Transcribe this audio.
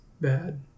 bad